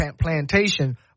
plantation